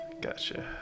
Gotcha